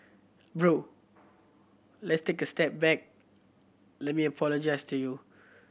bro let's take a step back let me apologise to you